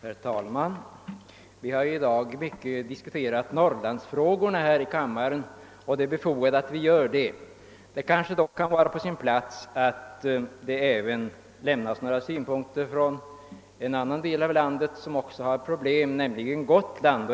Herr talman! Vi har här i kammaren i dag diskuterat norrlandsproblem ganska mycket, och det är befogat att göra det. Men det kanske också kan vara på sin plats att här anföra några synpunkter från en annan del av landet, där man också har problem, nämligen Gotland.